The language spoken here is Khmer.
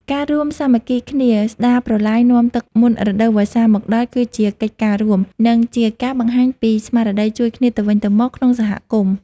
ការរួមសាមគ្គីគ្នាស្ដារប្រឡាយនាំទឹកមុនរដូវវស្សាមកដល់គឺជាកិច្ចការរួម និងជាការបង្ហាញពីស្មារតីជួយគ្នាទៅវិញទៅមកក្នុងសហគមន៍។